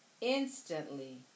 Instantly